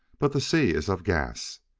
but the sea is of gas.